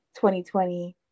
2020